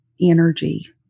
energy